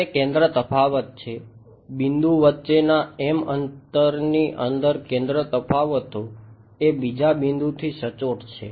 તે કેન્દ્ર તફાવત છે બિંદુ વચ્ચેના h અંતરની અંદર કેન્દ્ર તફાવતો એ બીજા બિંદુથી સચોટ છે